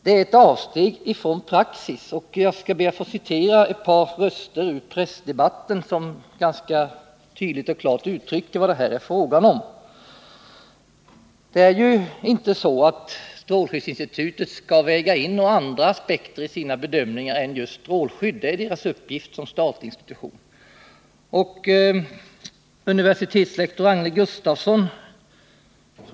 Det är ett avsteg från praxis. Jag skall be att få citera ett par röster ur pressdebatten som ganska tydligt och klart uttrycker vad det här är fråga om. Det är inte så att strålskyddsinstitutet skall väga in några andra aspekter i sina bedömningar än just beträffande strålskydd. Det är dess uppgift som statligt institut. Universitetslektor Agne Gustafsson —f.